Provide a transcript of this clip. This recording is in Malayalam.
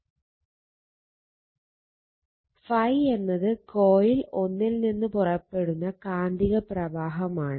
∅1 എന്നത് കോയിൽ 1 ൽ നിന്ന് പുറപ്പെടുന്ന കാന്തിക പ്രവാഹമാണ്